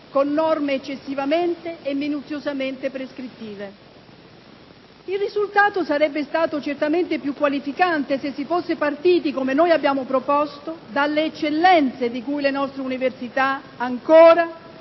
con norme eccessivamente e minuziosamente prescrittive. Il risultato sarebbe stato certamente più qualificante se si fosse partiti, come noi abbiamo proposto, dalle eccellenze di cui le nostre università, ancora,